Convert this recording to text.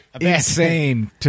insane